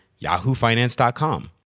yahoofinance.com